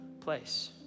place